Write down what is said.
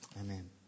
Amen